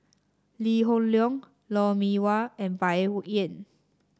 Lee Hoon Leong Lou Mee Wah and Bai Yan